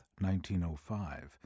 1905